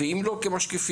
ואם לא כמשקיפים.